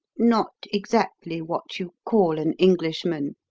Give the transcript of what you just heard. not exactly what you call an englishman,